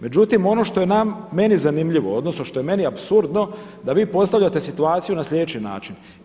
Međutim, ono što je meni zanimljivo, odnosno ono što je meni apsurdno da vi postavljate situaciju na sljedeći način.